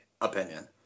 opinion